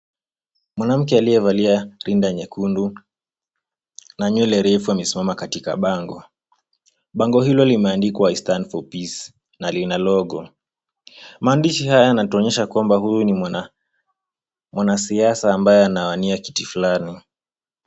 Mwanamke a liyevalia rinda nyekundu na nywele refu amesimama katika bango. Bango hilo limeandikwa [c] I Stand For Peace [c] na lina [c]logo[c] Maandishi haya yanatuonyesha ya kwamba huyu ni mwanasiasa ambaye anawania kiti flani.